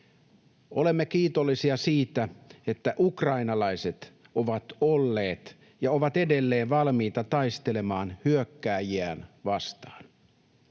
Olemme kiitollisia siitä, että ukrainalaiset ovat olleet ja ovat edelleen valmiita taistelemaan hyökkääjiään vastaan.